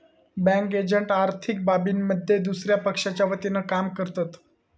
bank agent आर्थिक बाबींमध्ये दुसया पक्षाच्या वतीनं काम करतत